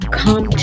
come